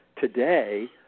today